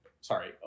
Sorry